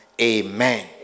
Amen